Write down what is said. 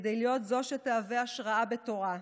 כדי להיות זו שתהווה השראה בתורה.